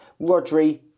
Rodri